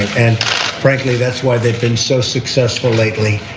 and frankly that's why they've been so successful lately.